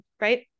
right